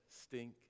stink